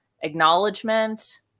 acknowledgement